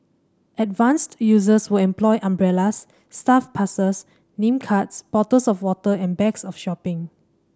advanced users will employ umbrellas staff passes name cards bottles of water and bags of shopping